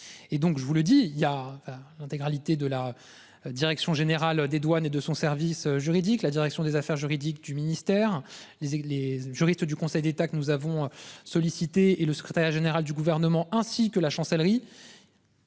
Et donc je vous le dis, il y a l'intégralité de la. Direction générale des douanes et de son service juridique la direction des affaires juridiques du ministère, les, les juristes du Conseil d'État que nous avons sollicité et le secrétariat général du gouvernement ainsi que la chancellerie.